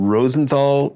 Rosenthal